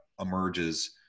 emerges